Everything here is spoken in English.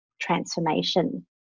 transformation